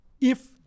if-